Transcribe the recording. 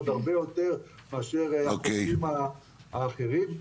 עוד הרבה יותר מאשר החופים האחרים.